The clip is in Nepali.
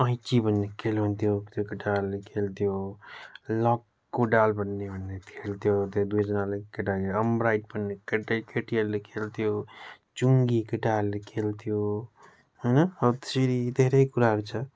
ऐँची भन्ने खेल हुन्थ्यो त्यो केटाहरूले खेल्थ्यो लक्कु डाल भन्ने भन्ने खेल्थ्यो त्यो दुवैजनाले केटाकेटी अम्राइट पनि केटै केटीहरूले खेल्थ्यो चुङ्गी केटाहरूले खेल्थ्यो होइन हो त्यसरी धेरै कुराहरू छ